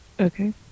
Okay